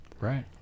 Right